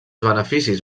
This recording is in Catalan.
beneficis